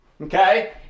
okay